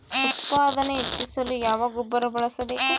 ಉತ್ಪಾದನೆ ಹೆಚ್ಚಿಸಲು ಯಾವ ಗೊಬ್ಬರ ಬಳಸಬೇಕು?